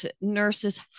nurses